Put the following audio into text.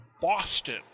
Boston